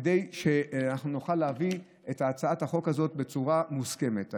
כדי שנוכל להביא את הצעת החוק הזאת בצורה מוסכמת.